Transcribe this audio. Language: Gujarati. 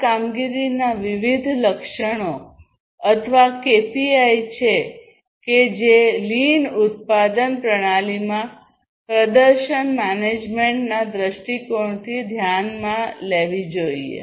આ કામગીરીના વિવિધ લક્ષણો અથવા કેપીઆઈ છે કે જે લીન ઉત્પાદન પ્રણાલીમાં પ્રદર્શન મેનેજમેન્ટના દૃષ્ટિકોણથી ધ્યાનમાં લેવી જોઈએ